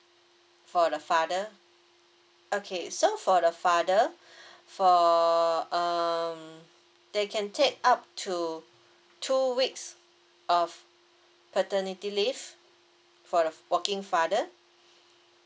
for the father okay so for the father for um they can take up to two weeks of paternity leave for the working father